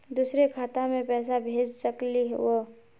दुसरे खाता मैं पैसा भेज सकलीवह?